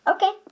Okay